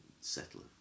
settler